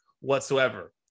whatsoever